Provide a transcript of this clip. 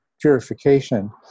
purification